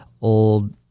old